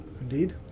Indeed